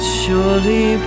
surely